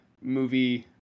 movie